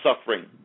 suffering